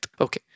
Okay